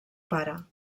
pare